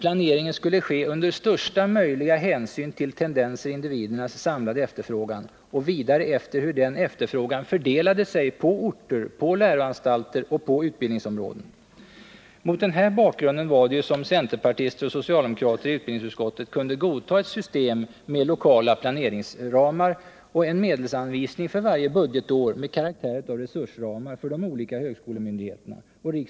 Planeringen skulle ske under största möjliga hänsyntagande till tendenser i individernas samlade efterfrågan och vidare efter hur denna efterfrågan fördelade sig på orter, läroanstalter och utbildningsområden. Mot den bakgrunden ansåg sig centerpartister och socialdemokrater i utbildningsutskottet kunna godta ett system med lokala planeringsramar och medelsanvisning för varje budgetår med karaktär av resursramar för de olika högskolemyndigheterna.